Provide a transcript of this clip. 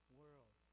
world